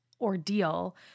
ordeal